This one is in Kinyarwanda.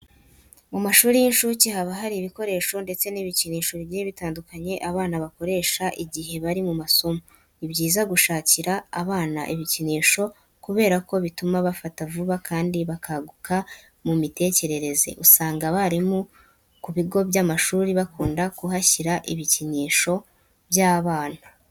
Mu mashuri y'inshuke haba hari ibikoresho ndetse n'ibikinisho bigiye bitandukanye abana bakoresha igihe bari mu masomo. Ni byiza gushakira abana ibikinisho kubera ko bituma bafata vuba kandi bakaguka mu mitekerereze. Uzasanga abarimu ku bigo by'amashuri bakunda kuhashyira ibikinisho by'abana.